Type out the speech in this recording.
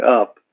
up